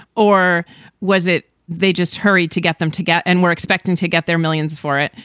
or was it they just hurry to get them to get and we're expecting to get their millions for it?